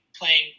playing